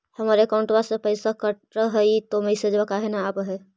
हमर अकौंटवा से पैसा कट हई त मैसेजवा काहे न आव है?